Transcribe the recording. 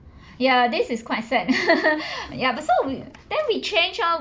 ya this is quite sad yup but so weird then we change lor